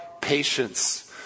patience